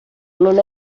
non